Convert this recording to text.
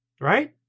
right